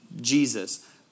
Jesus